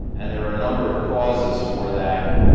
and there are a number of causes for that,